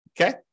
Okay